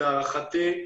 להערכתי,